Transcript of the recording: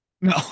no